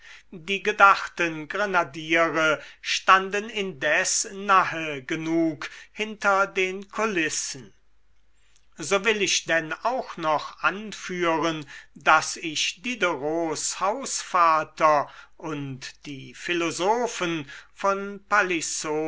die gedachten grenadiere standen indes nahe genug hinter den kulissen so will ich denn auch noch anführen daß ich diderots hausvater und die philosophen von